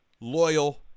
loyal